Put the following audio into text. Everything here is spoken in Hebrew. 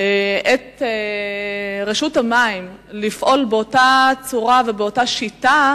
את רשות המים לפעול באותה צורה ובאותה שיטה